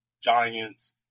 Giants